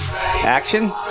action